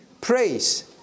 praise